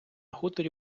хуторі